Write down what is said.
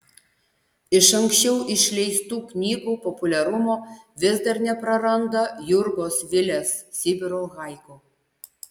iš anksčiau išleistų knygų populiarumo vis dar nepraranda jurgos vilės sibiro haiku